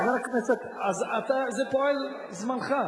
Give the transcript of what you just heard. חבר הכנסת, זה פועל, זה זמנך.